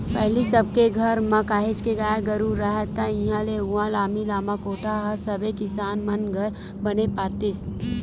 पहिली सब के घर म काहेच के गाय गरु राहय ता इहाँ ले उहाँ लामी लामा कोठा ह सबे किसान मन घर बने पातेस